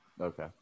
Okay